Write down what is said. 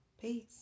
Peace